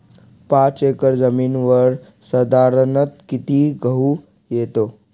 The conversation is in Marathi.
पाच एकर जमिनीवर साधारणत: किती गहू येतो?